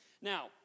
Now